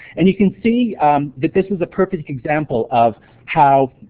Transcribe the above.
and you can see that this is a perfect example of how